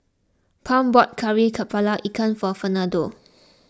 Pam bought Kari Kepala Ikan for Fernando